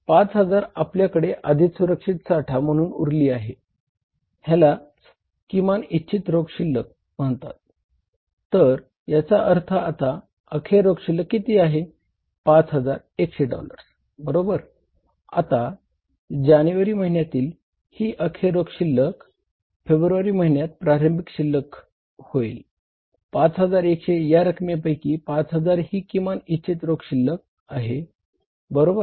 5000 आपल्याकडे आधीच सुरक्षित साठा आहे बरोबर